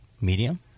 medium